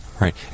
Right